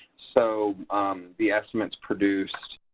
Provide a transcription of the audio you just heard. so the estimates produced